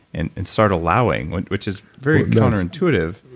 and and start allowing, which is very counterintuitive,